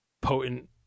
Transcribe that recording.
potent